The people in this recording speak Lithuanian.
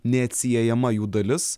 neatsiejama jų dalis